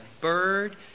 bird